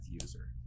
user